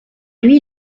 lui